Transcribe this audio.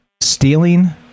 stealing